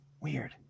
weird